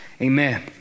Amen